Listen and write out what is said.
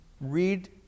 read